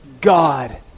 God